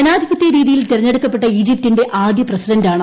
ജനാധിപത്യ രീതിയിൽ തെരഞ്ഞെടുക്കപ്പെട്ട ഈജിപ്തിന്റെ ആദ്യ പ്രസിഡന്റാണ്